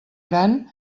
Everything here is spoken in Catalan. gran